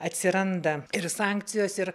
atsiranda ir sankcijos ir